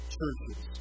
churches